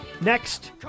next